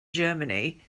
germany